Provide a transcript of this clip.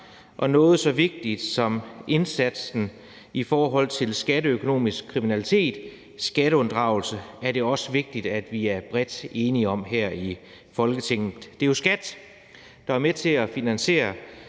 til noget så vigtigt som indsatsen mod skatteøkonomisk kriminalitet, skatteunddragelse, er det også vigtigt, at vi er bredt enige her i Folketinget. Det er jo skatter, der er med til at finansiere